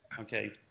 okay